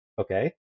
Okay